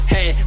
Hey